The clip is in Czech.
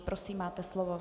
Prosím, máte slovo.